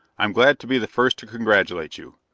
i'm glad to be the first to congratulate you.